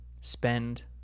spend